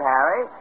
Harry